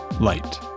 light